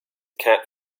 cap